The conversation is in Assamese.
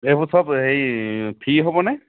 এইবোৰ চব হেৰি ফ্ৰী হ'ব নে